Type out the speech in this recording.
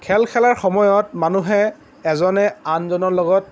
খেল খেলাৰ সময়ত মানুহে এজনে আনজনৰ লগত